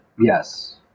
Yes